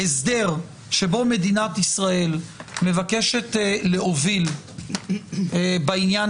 הסדר שבו מדינת ישראל מבקשת להוביל בעניין